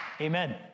amen